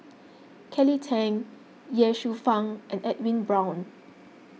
Kelly Tang Ye Shufang and Edwin Brown